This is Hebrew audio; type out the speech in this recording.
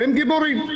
הם גיבורים,